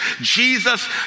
Jesus